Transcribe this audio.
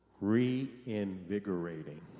reinvigorating